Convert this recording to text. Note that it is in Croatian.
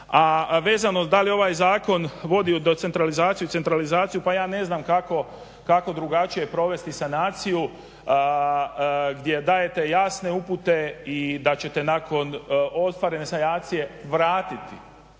A vezano da li je ovaj zakon vodi u centralizaciju pa ja ne znam kako drugačije provesti sanaciju gdje dajete jasne upute da ćete nakon ostvarene sanacije vratiti